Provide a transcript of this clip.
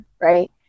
right